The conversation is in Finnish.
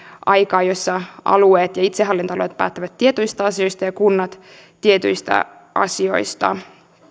aikaan jossa alueet ja itsehallintoalueet päättävät tietyistä asioista ja kunnat tietyistä asioista